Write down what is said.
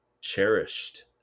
cherished